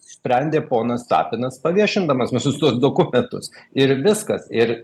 sprendė ponas tapinas paviešindamas visus tuos dokumentus ir viskas ir